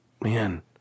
Man